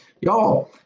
Y'all